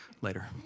later